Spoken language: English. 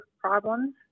problems